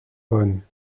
bonne